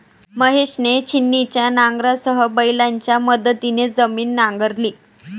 महेशने छिन्नीच्या नांगरासह बैलांच्या मदतीने जमीन नांगरली